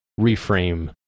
reframe